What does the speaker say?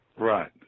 Right